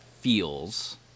feels